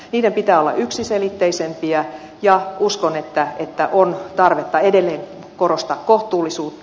niiden pitää olla yksiselitteisempiä ja uskon että on tarvetta edelleen korostaa kohtuullisuutta